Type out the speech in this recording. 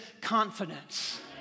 confidence